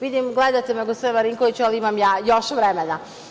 Vidim, gledate me, gospodine Marinkoviću, ali imam ja još vremena.